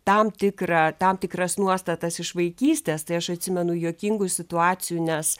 tam tikrą tam tikras nuostatas iš vaikystės tai aš atsimenu juokingų situacijų nes